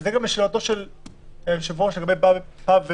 זה גם לשאלת היושב ראש, לגבי פאב ובר.